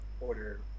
order